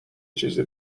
چیز